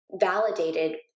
validated